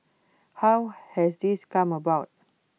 how has this come about